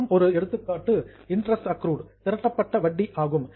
மேலும் ஒரு எடுத்துக்காட்டு இன்ட்ரஸ்ட் அக்ரூட் திரட்டப்பட்ட வட்டி ஆகும்